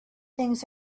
things